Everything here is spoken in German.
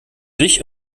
dich